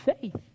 faith